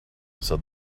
said